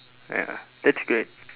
ya that's great